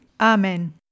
Amen